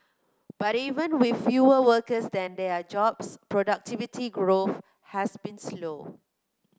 but even with fewer workers than there are jobs productivity growth has been slow